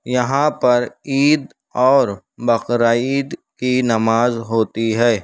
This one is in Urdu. یہاں پر عید اور بقرہ عید کی نماز ہوتی ہے